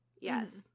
yes